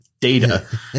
data